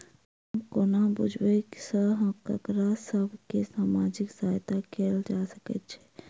हम कोना बुझबै सँ ककरा सभ केँ सामाजिक सहायता कैल जा सकैत छै?